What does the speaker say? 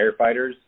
firefighters